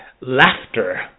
laughter